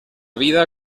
vida